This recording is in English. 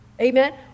Amen